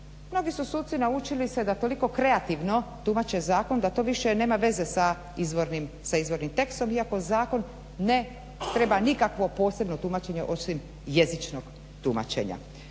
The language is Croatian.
Mnogi su suci naučili se da toliko kreativno tumače zakon da to više nema veze sa izvornim tekstom iako zakon ne treba nikakvo posebno tumačenje osim jezičnog tumačenja.